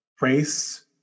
race